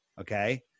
okay